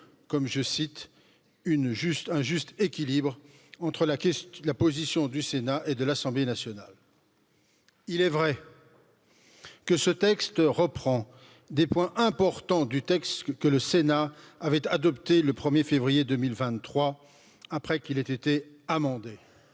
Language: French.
comme je cite une équilibre entre la position du sénat et de l'assemblée nationale il est vrai que ce texte reprend des points importants texte que le sénat avait adopté le un er février deux mille vingt trois après qu'il ait été amendé